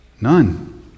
None